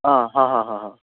आ हा हा हा हा